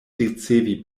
ricevi